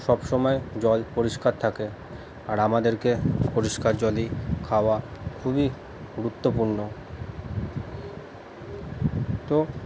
সবসময় জল পরিষ্কার থাকে আর আমাদেরকে পরিষ্কার জলই খাওয়া খুবই গুরুত্বপূর্ণ তো